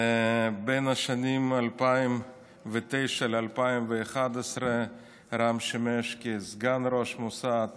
בין השנים 2009 ו-2011 רם שימש סגן ראש המוסד,